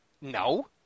No